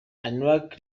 unlike